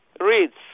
Reads